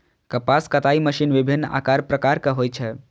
कपास कताइ मशीन विभिन्न आकार प्रकारक होइ छै